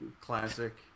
classic